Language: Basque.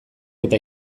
eta